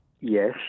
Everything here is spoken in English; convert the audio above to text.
Yes